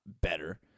better